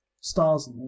stars